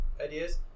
ideas